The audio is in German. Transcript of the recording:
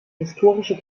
historische